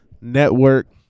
Network